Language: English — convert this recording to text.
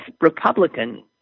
Republican